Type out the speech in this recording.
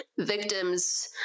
victims